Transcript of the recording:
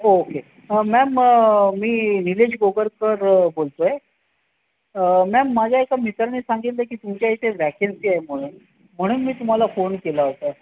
okay ma'am मी निलेश कोपरकर बोलतो आहे मॅम माझ्या एका मित्राने सांगितलं आहे की तुमच्या इथे वॅकेन्सी आहे म्हणून म्हणून मी तुम्हाला फोन केला होता